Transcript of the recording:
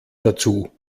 dazu